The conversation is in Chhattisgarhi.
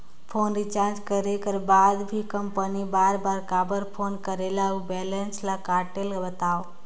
फोन रिचार्ज करे कर बाद भी कंपनी बार बार काबर फोन करेला और बैलेंस ल काटेल बतावव?